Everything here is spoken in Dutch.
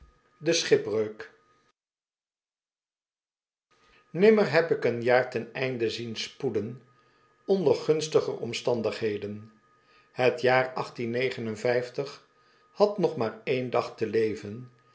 de schipbreuk nimmer heb ik een jaar ten einde zien spoeden onder rustiger omstandigheden het jaar had nog maar één dag te leven